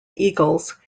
eagles